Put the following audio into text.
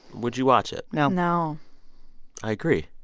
would you watch it? no no i agree.